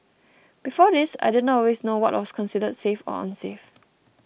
before this I didn't always know what was considered safe or unsafe